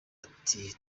ati